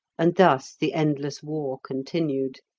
and thus the endless war continued.